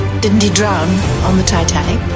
didn't he drown on the titanic?